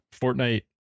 Fortnite